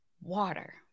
water